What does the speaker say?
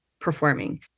performing